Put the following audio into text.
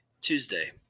Tuesday